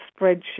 spreadsheet